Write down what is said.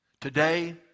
Today